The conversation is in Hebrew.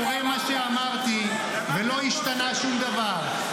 --- ולא השתנה שום דבר.